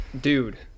Dude